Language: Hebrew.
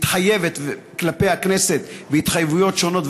מתחייבת כלפי הכנסת התחייבויות שונות,